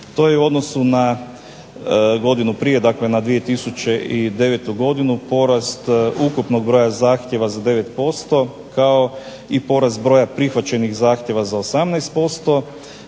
to je u odnosu na godinu prije dakle na 2009. porast ukupnog broj zahtjeva za 9% kao i porast broja prihvaćenih zahtjeva 18%,